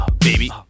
baby